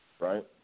right